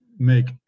make